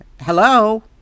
hello